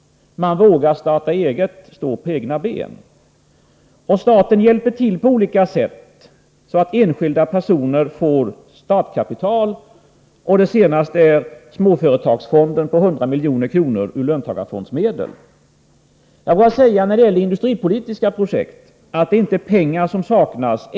De vågar starta eget och stå på egna ben. Staten hjälper också till på olika sätt så att enskilda personer får startkapital. Det senaste är småföretagsfonden om 100 milj.kr. av löntagarfondsmedel. Jag vågar säga när det gäller industripolitiska projekt att det inte är pengar som saknas.